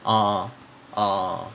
uh uh uh uh